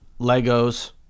Legos